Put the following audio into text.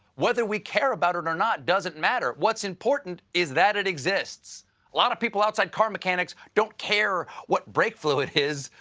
whether we care about it or not doesn't matter. what's important is that it exists. a lot of people outside car mechanics don't care what brake fluid is,